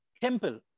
temple